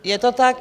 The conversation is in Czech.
Je to tak.